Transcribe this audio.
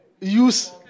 use